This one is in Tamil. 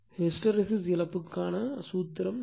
ஹிஸ்டெரெசிஸ் இழப்புக்கான அழைப்புக்கான சூத்திரம் இது